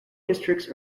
districts